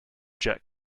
jet